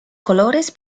colores